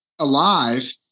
alive